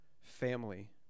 Family